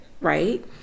Right